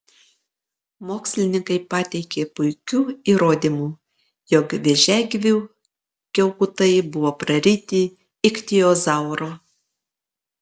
mokslininkai pateikė puikių įrodymų jog vėžiagyvių kiaukutai buvo praryti ichtiozauro